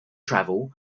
travel